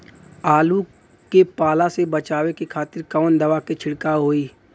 आलू के पाला से बचावे के खातिर कवन दवा के छिड़काव होई?